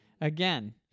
Again